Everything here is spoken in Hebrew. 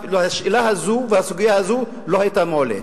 השאלה הזו והסוגיה הזאת לא היתה מועלית.